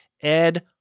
Ed